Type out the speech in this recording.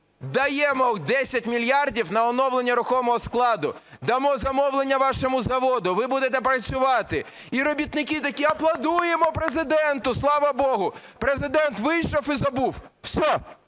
"Даємо 10 мільярдів на оновлення рухомого складу. Дамо замовлення вашому заводу, ви будете працювати". І, робітники, такі: "Аплодуємо Президенту, слава Богу". Президент вийшов і забув. Все,